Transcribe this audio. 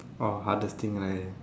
orh hardest thing I